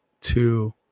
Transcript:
two